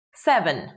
Seven